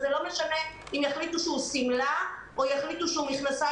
לא משנה אם יחליטו שהוא שמלה או יחליטו שהוא מכנסיים